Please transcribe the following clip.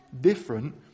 different